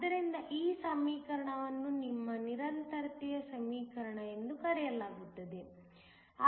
ಆದ್ದರಿಂದ ಈ ಸಮೀಕರಣವನ್ನು ನಿಮ್ಮ ನಿರಂತರತೆಯ ಸಮೀಕರಣ ಎಂದು ಕರೆಯಲಾಗುತ್ತದೆ